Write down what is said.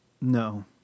No